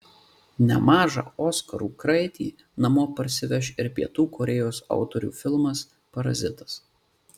nemažą oskarų kraitį namo parsiveš ir pietų korėjos autorių filmas parazitas